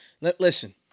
Listen